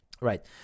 right